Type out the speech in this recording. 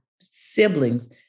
siblings